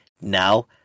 now